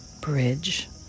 bridge